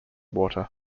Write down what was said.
water